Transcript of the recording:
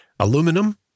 Aluminum